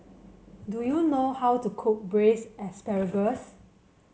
do you know how to cook braise asparagus